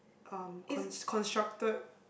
um cons~ constructed